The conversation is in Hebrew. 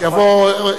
נכון.